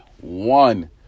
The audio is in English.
one